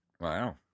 Wow